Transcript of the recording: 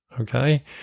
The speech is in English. okay